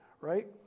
Right